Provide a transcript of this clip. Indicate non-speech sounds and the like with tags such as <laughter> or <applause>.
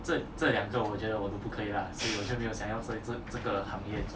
<laughs>